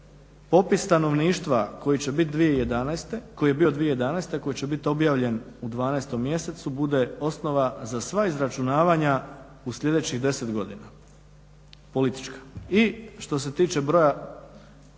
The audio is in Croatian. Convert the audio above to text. popis stanovništva koji je bio 2011., a koji će biti objavljen u 12. mjesecu bude osnova za sva izračunavanja u sljedećih 10 godina, politička. I što se tiče granica